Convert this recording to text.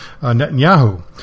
Netanyahu